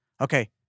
Okay